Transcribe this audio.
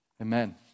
Amen